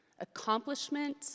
accomplishment